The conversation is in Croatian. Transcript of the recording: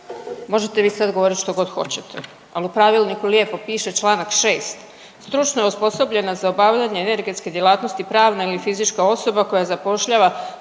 Možete vi sad govoriti što god hoćete, ali u pravilniku lijepo piše članak 6.: „Stručno je osposobljena za obavljanje energetske djelatnosti, pravna ili fizička osoba koja zapošljava